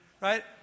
right